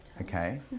Okay